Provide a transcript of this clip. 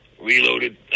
Reloaded